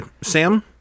Sam